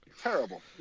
Terrible